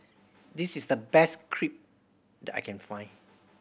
this is the best Crepe that I can find